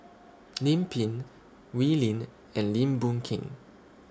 Lim Pin Wee Lin and Lim Boon Keng